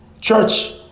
church